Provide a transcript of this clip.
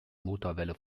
motorwelle